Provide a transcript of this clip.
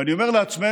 ואני אומר לעצמנו: